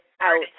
out